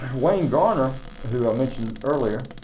wayne garner who i mentioned earlier